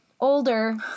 older